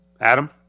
Adam